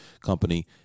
Company